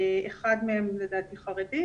אחד מהם לדעתי חרדי.